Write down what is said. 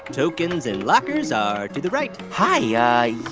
tokens and lockers are to the right hi. yeah.